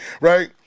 Right